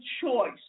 choice